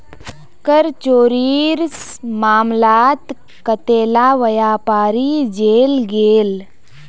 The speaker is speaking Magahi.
कर चोरीर मामलात कतेला व्यापारी जेल गेल